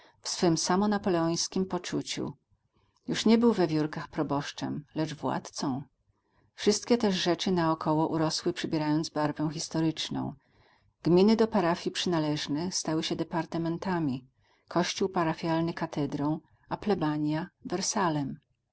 swym samo napoleońskim poczuciu już nie był we wiórkach proboszczem lecz władcą wszystkie też rzeczy naokół urosły przybierając barwę historyczną gminy do parafii przynależne stały się departamentami kościół parafialny katedrą a